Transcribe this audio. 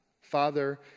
Father